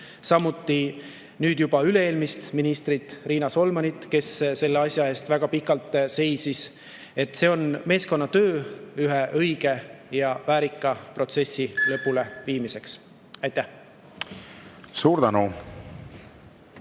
samuti nüüd juba üle-eelmist ministrit Riina Solmanit, kes selle asja eest väga pikalt seisis. See on meeskonnatöö ühe õige ja väärika protsessi lõpuleviimiseks. Aitäh! Aitäh,